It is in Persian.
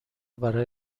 برای